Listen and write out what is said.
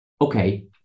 Okay